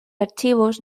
archivos